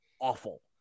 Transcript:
awful